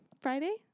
Friday